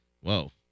Whoa